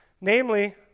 namely